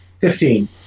Fifteen